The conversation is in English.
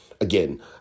again